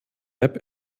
app